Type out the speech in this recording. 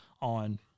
on